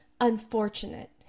unfortunate